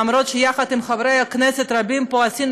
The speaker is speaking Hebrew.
אפילו שיחד עם חברי כנסת רבים פה עשינו